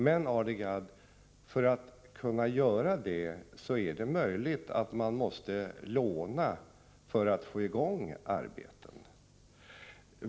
Men, Arne Gadd, det är möjligt att man om man skall kunna göra detta måste låna för att få i gång arbeten.